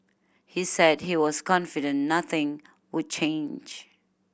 he said he was confident nothing would change